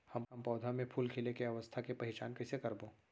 हम पौधा मे फूल खिले के अवस्था के पहिचान कईसे करबो